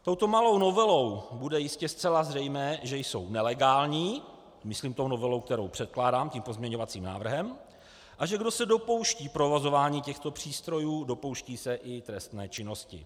Touto malou novelou bude jistě zcela zřejmé, že jsou nelegální myslím tou novelou, kterou předkládám, tím pozměňovacím návrhem a že kdo se dopouští provozování těchto přístrojů, dopouští se i trestné činnosti.